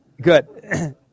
Good